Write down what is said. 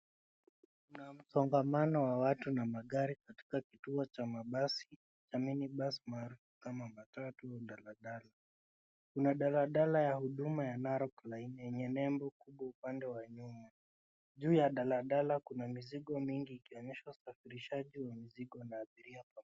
Kuna msongamano wa watu na magari katika kituo cha mabasi na minibus maarufu kama matatu au daladala. Kuna daladala ya huduma ya Narok Line yenye nembo kubwa upande wa nyuma. Juu ya daladala kuna mizigo mingi ikionyesha usafirishaji wa mizigo na abiria pa...